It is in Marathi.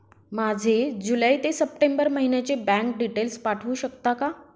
माझे जुलै ते सप्टेंबर महिन्याचे बँक डिटेल्स पाठवू शकता का?